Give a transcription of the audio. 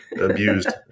abused